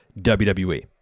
WWE